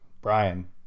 brian